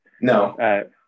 No